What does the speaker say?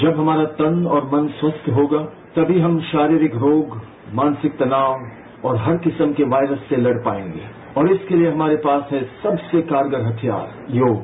जब हमारा तन और मन स्वस्थ होगा तभी हम शारीरिक रोग मानसिक तनाव और हर किस्म के वायरस से लड़ पाएंगे और इसके लिए हमारे पास है सबसे कारगर हथियार योग